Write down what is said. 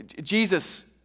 Jesus